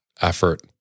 effort